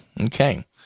Okay